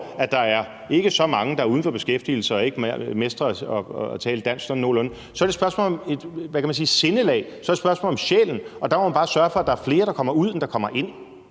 at så mange er der ikke, der er uden for beskæftigelse, og som ikke mestrer at tale dansk sådan nogenlunde. Så det er et spørgsmål om, hvad kan man sige, sindelag, og så er det et spørgsmål om sjælen, og der må man bare sørge for, at der er flere, der kommer ud, end der kommer ind.